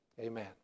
Amen